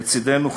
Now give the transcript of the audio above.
לצדנו,